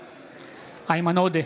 בעד איימן עודה,